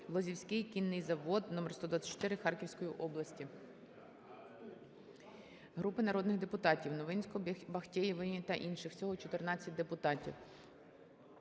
"Лозівський кінний завод №124" Харківської області. групи народних депутатів (Новинського, Бахтеєвої та інших. Всього 14 депутатів)